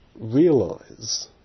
realize